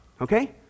Okay